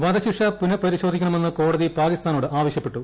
വധശിക്ഷ പുനപരിശോധിക്കണമെന്ന് കോടതി പാകിസ്ഥാനോട് ആവശ്യപ്പെട്ടു